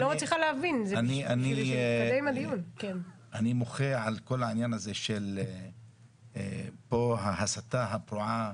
אני מוחה על כל העניין הזה של ההסתה הפרועה.